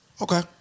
Okay